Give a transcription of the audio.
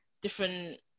different